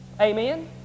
Amen